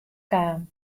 kaam